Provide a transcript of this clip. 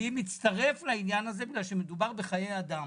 אני מצטרף לעניין הזה מכיוון שמדובר בחיי אדם.